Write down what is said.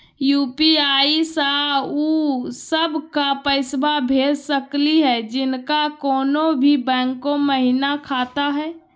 UPI स उ सब क पैसा भेज सकली हई जिनका कोनो भी बैंको महिना खाता हई?